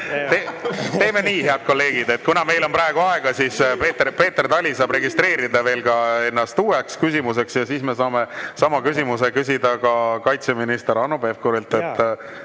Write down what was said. Teeme nii, head kolleegid, et kuna meil on praegu aega, siis Peeter Tali saab registreeruda uue küsimuse esitamiseks ja siis me saame sama küsimuse küsida ka kaitseminister Hanno Pevkurilt.